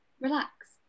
relax